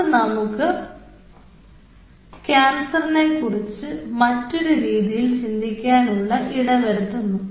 അത് നമുക്ക് കാൻസറിനെക്കുറിച്ച് മറ്റൊരു രീതിയിൽ ചിന്തിക്കാൻ ഉള്ള ഇടവരുത്തുന്നു